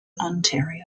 ontario